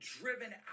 driven